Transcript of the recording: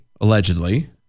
Allegedly